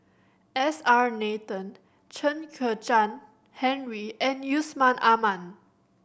S R Nathan Chen Kezhan Henri and Yusman Aman